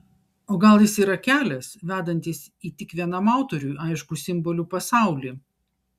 o gal jis yra kelias vedantis į tik vienam autoriui aiškų simbolių pasaulį